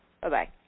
Bye-bye